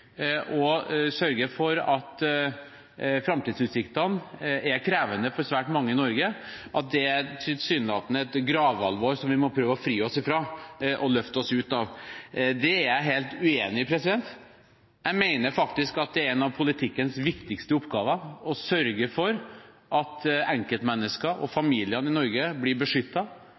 og sørger for at framtidsutsiktene er krevende for svært mange i Norge, tilsynelatende er et gravalvor som vi må prøve å fri oss fra og løfte oss ut av. Det er jeg helt uenig i. Jeg mener faktisk at en av politikkens viktigste oppgaver er å sørge for at enkeltmenneskene og